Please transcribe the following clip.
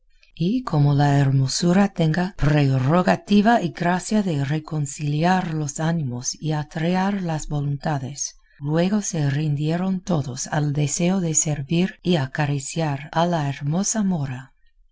y como la hermosura tenga prerrogativa y gracia de reconciliar los ánimos y atraer las voluntades luego se rindieron todos al deseo de servir y acariciar a la hermosa mora